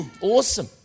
Awesome